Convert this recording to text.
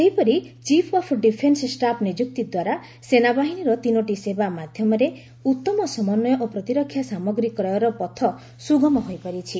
ସେହିପରି chief of defence staff ନିଯୁକ୍ତି ଦ୍ୱାରା ସେନାବାହିନୀର ତିନୋଟି ସେବା ମଧ୍ୟରେ ଉତ୍ତମ ସମନ୍ୱୟ ଓ ପ୍ରତିରକ୍ଷା ସାମଗ୍ରୀ କ୍ରୟର ପଥ ସୁଗମ ହୋଇପାରିଛି